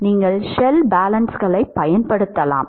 நீங்கள் ஷெல் பேலன்ஸ்களைப் பயன்படுத்தலாம்